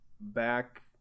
back